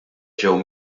ġew